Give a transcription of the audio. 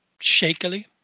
shakily